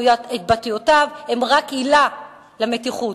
התבטאויותיו הן רק עילה למתיחות.